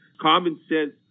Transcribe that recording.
common-sense